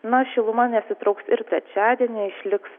na šiluma nesitrauks ir trečiadienį išliks